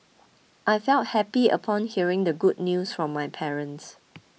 I felt happy upon hearing the good news from my parents